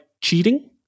cheating